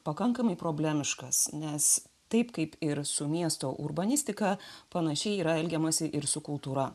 pakankamai problemiškas nes taip kaip ir su miesto urbanistika panašiai yra elgiamasi ir su kultūra